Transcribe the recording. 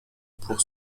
pour